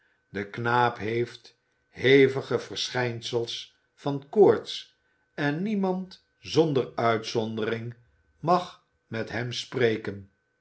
de knaap heeft hevige verschijnsels van koorts en niemand zonder uitzondering mag met hem spreken